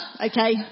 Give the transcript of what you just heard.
okay